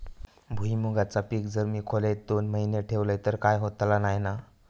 भुईमूगाचा पीक जर मी खोलेत दोन महिने ठेवलंय तर काय होतला नाय ना?